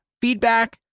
feedback